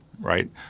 right